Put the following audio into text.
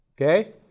okay